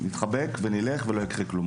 נתחבק ונלך ולא יקרה כלום,